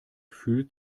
fühlt